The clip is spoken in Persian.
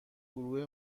گروه